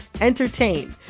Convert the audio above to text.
entertain